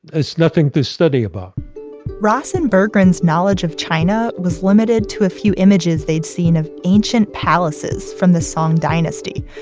it's nothing to study about ross and burgren's knowledge of china was limited to a few images they'd seen of ancient palaces from the song dynasty,